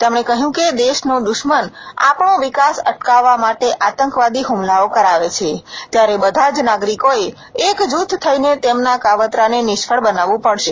તેમણે કહ્યું કે દેશનો દુશ્મન આપણો વિકાસ અટકાવવા માટે આતંકવાદી હુમલાઓ કરાવે છે ત્યારે બધા જ નાગરિકોએ એક જૂથ થઇને તેમના કાવતરાને નિષ્ફળ બનાવવું પડશે